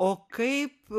o kaip